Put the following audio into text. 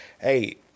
Hey